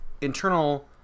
internal